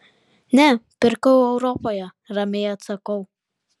ne pirkau europoje ramiai atsakau